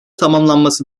tamamlanması